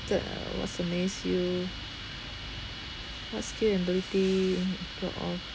th~ uh what's amazed you what skill ability you're proud of